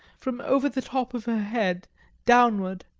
from over the top of her head downward,